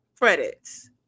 credits